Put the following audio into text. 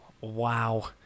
wow